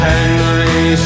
Henry